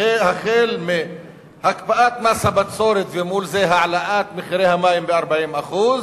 החל בהקפאת מס הבצורת ומול זה העלאת מחירי המים ב-40%,